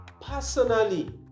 personally